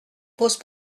pose